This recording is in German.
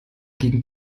gegen